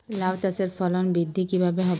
লাউ চাষের ফলন বৃদ্ধি কিভাবে হবে?